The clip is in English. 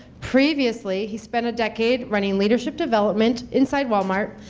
previously, he spent a decade running leadership development inside wal-mart,